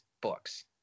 books